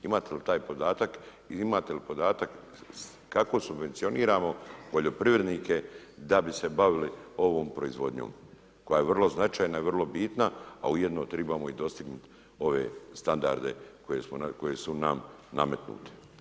Imate li taj podatak i imate li podatak kako subvencioniramo poljoprivrednike da bi se bavili ovom proizvodnjom koja je vrlo značajna i vrlo bitna a ujedno trebamo i dostignuti ove standarde koji su nam nametnuti.